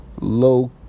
low